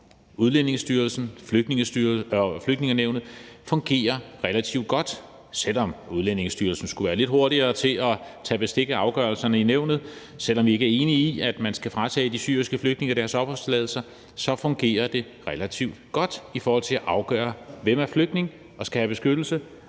Udlændingestyrelsen og Flygtningenævnet fungerer relativt godt. Selv om Udlændingestyrelsen skulle være lidt hurtigere til at tage bestik af afgørelserne i nævnet, og selv om vi ikke er enige i, at man skal fratage de syriske flygtninge deres opholdstilladelser, så fungerer det relativt godt i forhold til at afgøre, hvem der er flygtning og skal have beskyttelse,